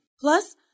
Plus